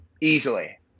easily